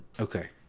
Okay